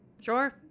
Sure